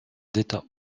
d’état